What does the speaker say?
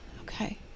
okay